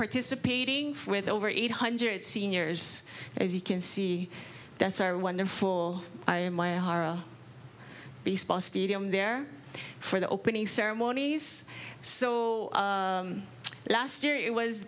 participating with over eight hundred seniors as you can see that's our wonderful i am i hire a baseball stadium there for the opening ceremonies so last year it was